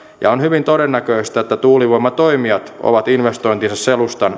ja on hyvin todennäköistä että tuulivoimatoimijat ovat investointinsa selustan